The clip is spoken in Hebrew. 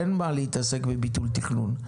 אין מה להתעסק בביטול תכנון.